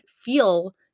feel